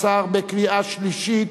17) בקריאה שלישית.